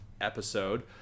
episode